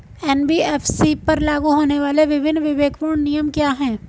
NBFC पर लागू होने वाले विभिन्न विवेकपूर्ण नियम क्या हैं?